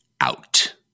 out